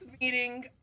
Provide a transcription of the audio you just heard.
meeting